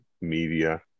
media